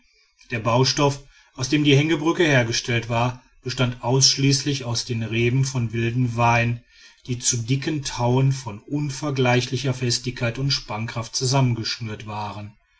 der baustoff aus dem die hängebrücke hergestellt war bestand ausschließlich aus den reben von wildem wein die zu dicken tauen von unvergleichlicher festigkeit und spannkraft zusammengeschlungen waren